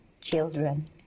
children